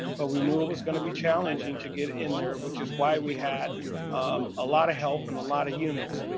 but we knew it was going to be challenging to get in there, which is why we had um a lot of help, and a lot of units.